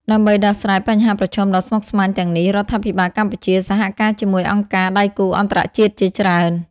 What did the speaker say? ដើម្បីដោះស្រាយបញ្ហាប្រឈមដ៏ស្មុគស្មាញទាំងនេះ រដ្ឋាភិបាលកម្ពុជា សហការជាមួយអង្គការដៃគូអន្តរជាតិជាច្រើន។